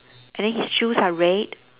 and then his shoes are red